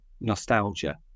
Nostalgia